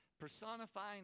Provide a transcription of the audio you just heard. personifying